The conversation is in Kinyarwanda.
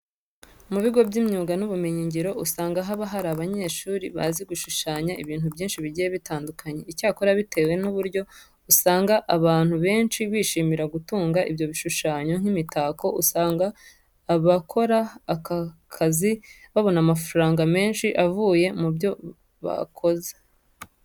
Mu bigo by'imyuga n'ubumenyingiro usanga haba hari abanyeshuri bazi gushushanya ibintu byinshi bigiye bitandukanye. Icyakora bitewe n'uburyo usanga abantu benshi bishimira gutunga ibyo bishushanyo nk'imitako, usanga abakora aka kazi babona amafaranga menshi avuye mu byo bakoze.